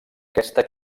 aquesta